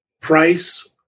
price